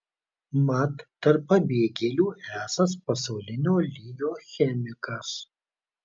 mat tarp pabėgėlių esąs pasaulinio lygio chemikas